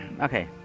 Okay